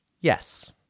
Yes